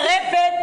אני מצטרפת.